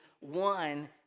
one